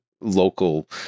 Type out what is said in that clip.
local